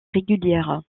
régulière